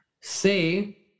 Say